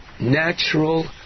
natural